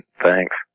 thanks